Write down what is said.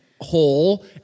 hole